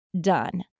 done